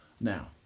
Now